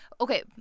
okay